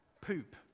poop